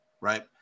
right